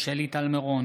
שלי טל מירון,